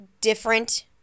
different